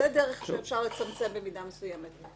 זו דרך שאפשר לצמצם במידה מסוימת.